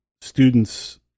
students